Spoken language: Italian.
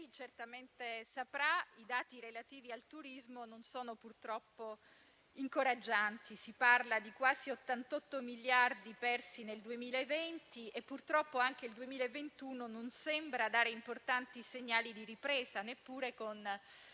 certamente saprà, i dati relativi al turismo non sono purtroppo incoraggianti: si parla di quasi 88 miliardi persi nel 2020 e purtroppo anche il 2021 non sembra dare importanti segnali di ripresa, neppure con